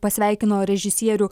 pasveikino režisierių